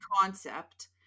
concept